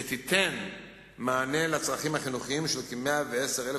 שתיתן מענה לצרכים החינוכיים של כ-110,000